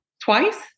twice